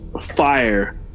fire